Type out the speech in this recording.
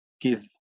give